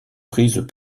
prises